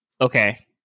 okay